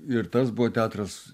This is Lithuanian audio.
ir tas buvo teatras